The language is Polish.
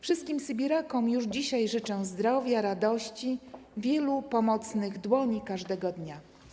Wszystkim sybirakom już dzisiaj życzę zdrowia, radości i wielu pomocnych dłoni każdego dnia.